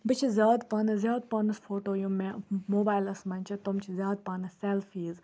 بہٕ چھَس زیادٕ پَہنَس زیادٕ پَہنَس فوٹو یِم مےٚ موبایلَس منٛز چھِ تِم چھِ زیادٕ پَہنَس سٮ۪لفیٖز